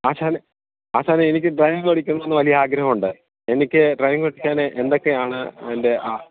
ആശാനെ ആശാനേ എനിക്ക് ഡ്രൈവിങ് പഠിക്കണമമെന്നു വലിയ ആഗ്രഹമുണ്ട് എനിക്ക് ഡ്രൈവിംഗ് പഠിക്കാന് എന്തൊക്കെയാണ് അതിൻ്റെ ആ